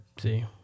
see